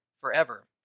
forever